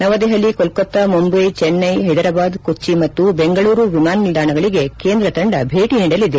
ನವದೆಹಲಿ ಕೋಲ್ಕತಾ ಮುಂಬೈ ಚೆನ್ವೈ ಹೈದರಾಬಾದ್ ಕೊಚ್ಚಿ ಮತ್ತು ಬೆಂಗಳೂರು ವಿಮಾನ ನಿಲ್ಲಾಣಗಳಿಗೆ ಕೇಂದ ತಂಡ ಭೇಟಿ ನೀಡಲಿದೆ